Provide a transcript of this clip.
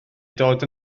dod